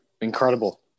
Incredible